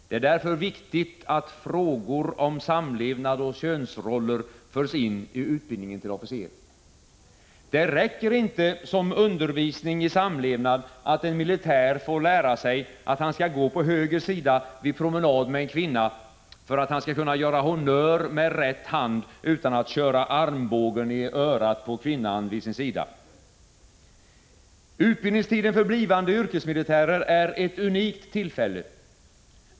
Det är därför viktigt att frågor om samlevnad och könsroller förs in i utbildningen till officer. Det räcker inte som undervisning i samlevnad att en militär får lära sig att han skall gå på höger sida vid promenad med en kvinna för att han skall kunna göra honnör med rätt hand utan att köra armbågen i örat på kvinnan vid sin sida. Utbildningstiden för blivande yrkesmilitärer är ett unikt tillfälle.